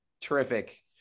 terrific